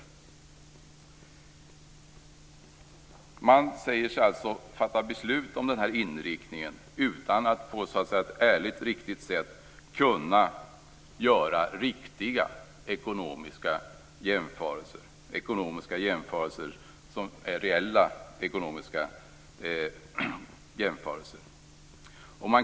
Man fattar alltså beslut om den här inriktningen utan att på ett ärligt och riktigt sätt kunna göra riktiga och reella ekonomiska jämförelser.